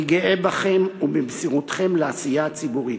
אני גאה בכם ובמסירותכם לעשייה הציבורית.